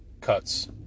cuts